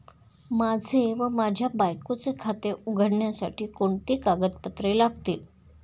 माझे व माझ्या बायकोचे खाते उघडण्यासाठी कोणती कागदपत्रे लागतील?